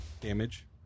damage